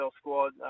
squad